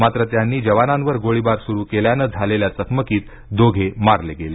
मात्र त्यांनी जवानांवर गोळीबार सुरू केल्यानं झालेल्या चकमकीत दोघे मारले गेले